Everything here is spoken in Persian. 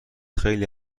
خیلی